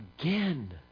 again